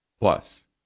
Plus